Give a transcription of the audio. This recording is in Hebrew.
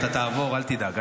אתה תעבור, אל תדאג.